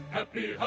Happy